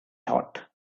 thought